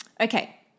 Okay